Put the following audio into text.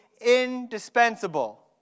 indispensable